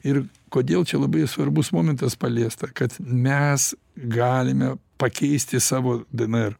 ir kodėl čia labai svarbus momentas paliesta kad mes galime pakeisti savo dnr